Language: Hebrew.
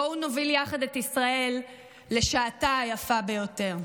בואו נוביל יחד את ישראל לשעתה היפה ביותר.